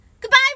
Goodbye